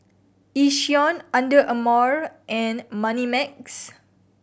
Yishion Under Armour and Moneymax